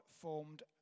formed